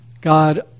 God